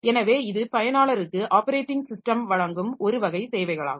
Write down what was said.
எனவே இது பயனாளருக்கு ஆப்பரேட்டிங் ஸிஸ்டம் வழங்கும் ஒரு வகை சேவைகளாகும்